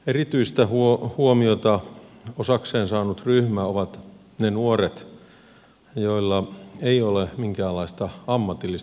erityistä huomiota osakseen saanut ryhmä ovat ne nuoret joilla ei ole minkäänlaista ammatillista koulutusta